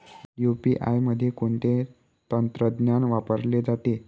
UPI मध्ये कोणते तंत्रज्ञान वापरले जाते?